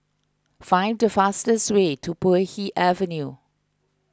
find the fastest way to Puay Hee Avenue